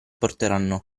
porteranno